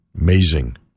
Amazing